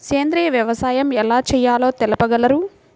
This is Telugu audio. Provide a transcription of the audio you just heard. సేంద్రీయ వ్యవసాయం ఎలా చేయాలో తెలుపగలరు?